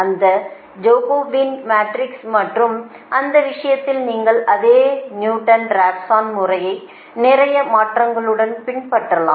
அந்த Jacobian matrix மற்றும் அந்த விஷயத்தில் நீங்கள் அதே நியூட்டன் ராப்சன் முறையை நிறைய மாற்றங்களுடன் பின்பற்றலாம்